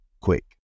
quick